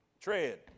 Tread